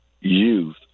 youth